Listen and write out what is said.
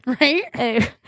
Right